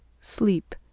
Sleep